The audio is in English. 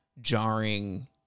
jarring